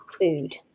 food